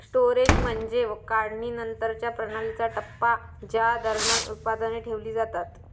storage म्हणजे काढणीनंतरच्या प्रणालीचा टप्पा ज्या दरम्यान उत्पादने ठेवली जातात